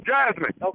Jasmine